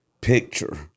picture